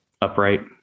upright